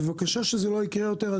בבקשה שזה לא יקרה יותר.